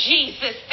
Jesus